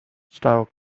style